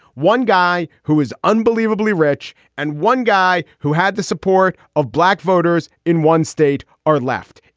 one guy who is unbelievably rich and one guy who had the support of black voters in one state are left.